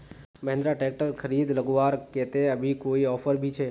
Mahindra tractor खरीद लगवार केते अभी कोई ऑफर भी छे?